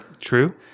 True